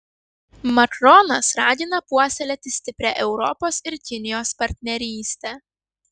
makronas ragina puoselėti stiprią europos ir kinijos partnerystę